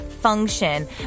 Function